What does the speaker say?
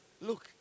Look